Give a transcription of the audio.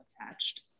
attached